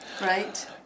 right